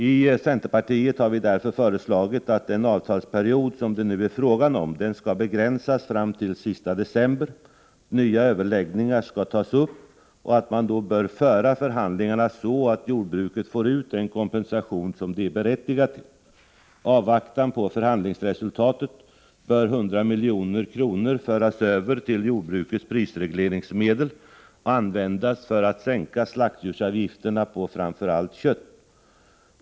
I centerpartiet har vi därför föreslagit att den avtalsperiod som det nu är fråga om skall begränsas fram till den 31 december, att nya överläggningar skall tas upp och att man då bör föra förhandlingarna så att jordbruket får ut den kompensation som det är berättigat till. I avvaktan på förhandlingsresultatet bör 100 milj.kr. föras över till jordbrukets prisregleringsmedel och användas för att sänka slaktdjursavgifterna på framför allt kött.